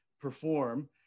perform